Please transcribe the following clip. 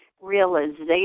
realization